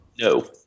No